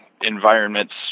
environments